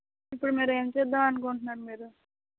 ఇప్పుడు మీరు ఏమి చేద్దాం అనుకుంటున్నారు మీరు